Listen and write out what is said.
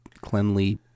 cleanly